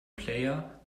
player